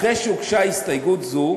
אחרי שהוגשה הסתייגות זו